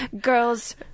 girls